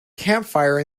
campfire